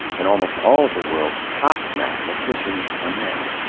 and almost all of the world's top mathematicians are men.